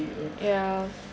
ya